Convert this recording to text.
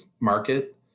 market